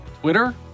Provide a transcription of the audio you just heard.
Twitter